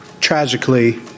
tragically